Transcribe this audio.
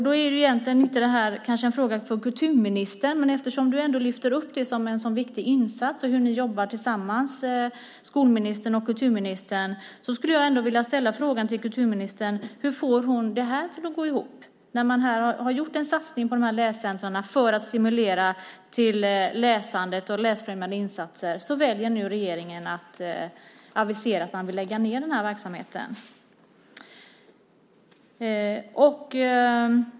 Nu är kanske detta inte en fråga för kulturministern, men eftersom du lyfter fram detta som en viktig insats och som ett exempel på hur ni jobbar tillsammans, skolministern och kulturministern, skulle jag ändå vilja fråga hur du, kulturministern, får detta att gå ihop. Här har man gjort en satsning på läscentrum för att stimulera läsandet, och så väljer regeringen att avisera att man vill lägga ned den verksamheten.